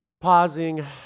pausing